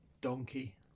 Donkey